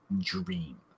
dream